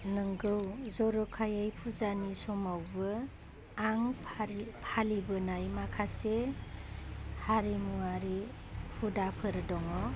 नंगौ जर'खायै फुजानि समावबो आं फारि फालिबोनाय माखासे हारिमुवारि हुदाफोर दङ